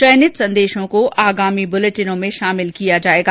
चयनित संदेशों को आगामी बुलेटिनों में शामिल किया जाएगा